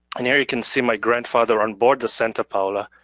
and here you can see my grandfather onboard the santa paula,